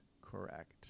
Correct